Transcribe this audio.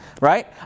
right